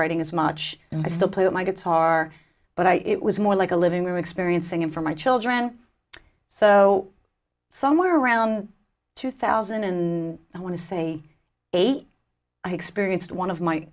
writing as much and i still put my guitar but i it was more like a living we were experiencing in for my children so somewhere around two thousand and i want to say eight i experienced one of my